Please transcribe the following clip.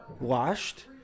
washed